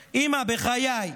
אימא, בחיי,